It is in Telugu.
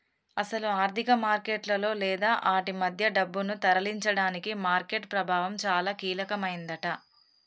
అసలు ఆర్థిక మార్కెట్లలో లేదా ఆటి మధ్య డబ్బును తరలించడానికి మార్కెట్ ప్రభావం చాలా కీలకమైందట